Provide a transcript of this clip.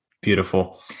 Beautiful